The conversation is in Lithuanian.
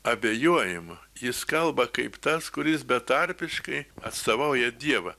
abejojimo jis kalba kaip tas kuris betarpiškai atstovauja dievą